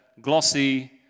glossy